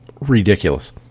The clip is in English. Ridiculous